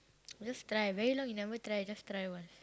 just try very long you never try just try once